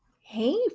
Hey